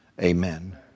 Amen